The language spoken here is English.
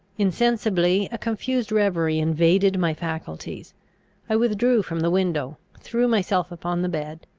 insensibly a confused reverie invaded my faculties i withdrew from the window, threw myself upon the bed,